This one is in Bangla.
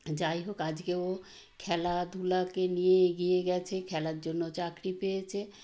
যাই হোক আজকে ও খেলাধূলাকে নিয়ে এগিয়ে গিয়েছে খেলার জন্য চাকরি পেয়েছে